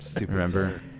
Remember